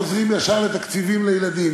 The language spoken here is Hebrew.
והם חוזרים ישר לתקציבים לילדים.